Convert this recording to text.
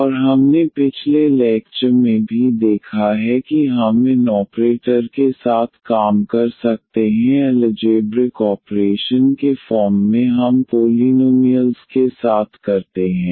और हमने पिछले लैक्चर में भी देखा है कि हम इन ऑपरेटर के साथ काम कर सकते हैं अलजेब्रिक ऑपरेशन के फॉर्म में हम पोलीनोमिअल्स के साथ करते हैं